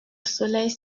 soleil